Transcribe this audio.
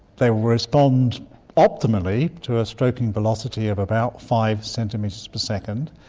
they will respond optimally to a stroking velocity of about five centimetres per second.